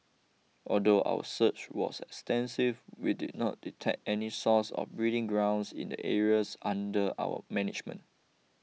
although our search was extensive we did not detect any source or breeding grounds in the areas under our management